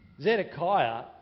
Zedekiah